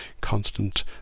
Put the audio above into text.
constant